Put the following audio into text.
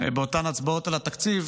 באותן הצבעות על התקציב